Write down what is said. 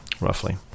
roughly